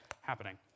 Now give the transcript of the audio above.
happening